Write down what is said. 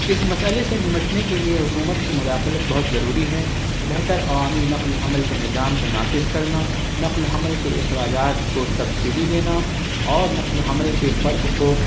اس مسئلے سے نمنٹنے کے لیے حکومت کی مداخلت بہت ضروری ہے بہتر عوامی نقل و حمل کے نظام کو نافذ کرنا نقل و حمل کے اخراجات کو سبسڈی دینا اور نقل و حمل کے فرق کو